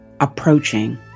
approaching